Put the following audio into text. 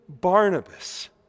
Barnabas